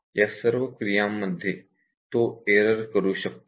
या सर्व क्रियांमध्ये तो एरर करू शकतो